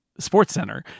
SportsCenter